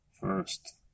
first